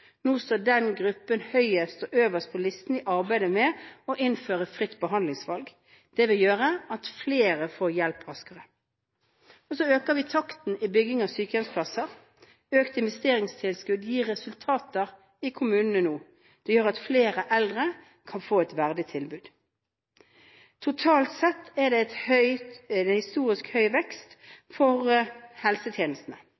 Nå står den gruppen øverst på listen i arbeidet med å innføre fritt behandlingsvalg. Det vil gjøre at flere får hjelp raskere. Vi øker takten i byggingen av sykehjemsplasser. Økt investeringstilskudd gir resultater i kommunene nå. Det gjør at flere eldre kan få et verdig tilbud. Totalt sett er det en historisk høy